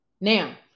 Now